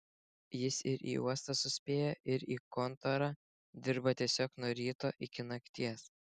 jis ir į uostą suspėja ir į kontorą dirba tiesiog nuo ryto iki nakties